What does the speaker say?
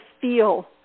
feel